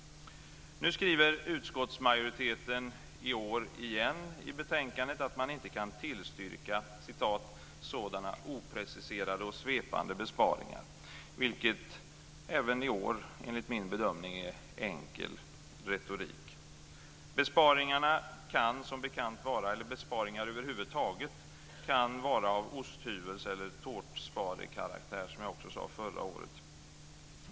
Nu skriver utskottsmajoriteten i år igen i betänkandet att man inte kan tillstyrka "sådana opreciserade och svepande besparingar", vilket även i år enligt min bedömning är enkel retorik. Besparingar kan vara av osthyvels eller tårtspadekaraktär, som jag också sade förra året.